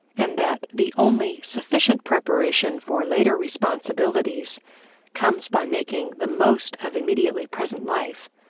and that the only sufficient preparation for later responsibilities comes by making the most of immediately present life,